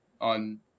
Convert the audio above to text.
on